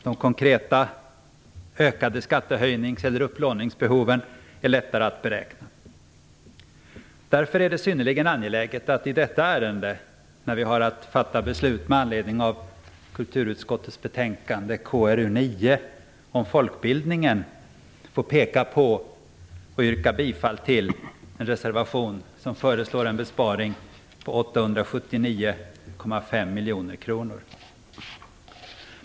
De konkreta ökade skattehöjningseller upplåningsbehoven är lättare att beräkna. Därför är det synnerligen angeläget att i detta ärende, när vi har att fatta beslut med anledning av kulturutskottets betänkande KrU9 om folkbildningen, få peka på och yrka bifall till en reservation som föreslår en besparing på 879,5 miljoner kronor.